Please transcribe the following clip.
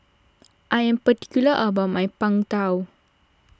I am particular about my Png Tao